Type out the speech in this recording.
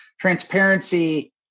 transparency